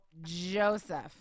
Joseph